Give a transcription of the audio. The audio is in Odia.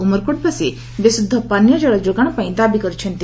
ଉମରକୋଟବାସୀ ବିଶୁଦ୍ଧ ପାନୀୟ ଜଳ ଯୋଗାଣ ପାଇଁ ଦାବି କରିଛନ୍ତି